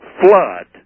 flood